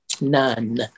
none